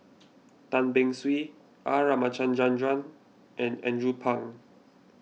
Tan Beng Swee R Ramachandran and Andrew Phang